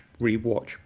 rewatch